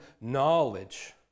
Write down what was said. knowledge